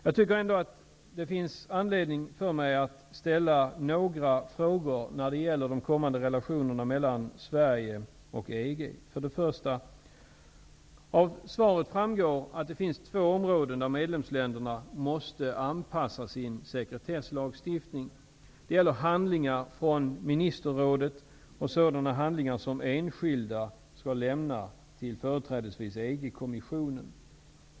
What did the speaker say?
Jag tycker ändå att det finns anledning för mig att ställa några frågor när det gäller de kommande relationerna mellan Sverige och EG. För det första: Av svaret framgår att det finns två områden där medlemsländerna måste anpassa sin sekretesslagstiftning. Det gäller handlingar från ministerrådet och sådana handlingar som enskilda skall lämna till företrädesvis EG-kommissionen.